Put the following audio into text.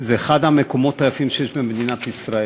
אחד המקומות היפים שיש במדינת ישראל.